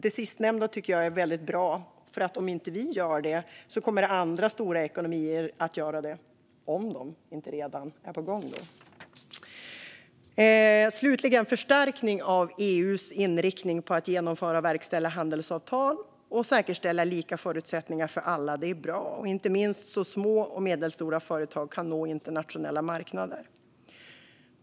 Det sistnämnda tycker jag är väldigt bra, för om inte vi gör det kommer andra stora ekonomier att göra det - om de inte redan är på gång. Slutligen: Förstärkning av EU:s inriktning på att genomföra och verkställa handelsavtal och säkerställa lika förutsättningar för alla är bra, inte minst så att små och medelstora företag kan nå internationella marknader.